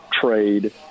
trade